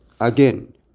again